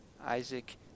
Isaac